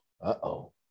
uh-oh